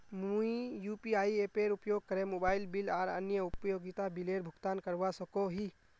मुई यू.पी.आई एपेर उपयोग करे मोबाइल बिल आर अन्य उपयोगिता बिलेर भुगतान करवा सको ही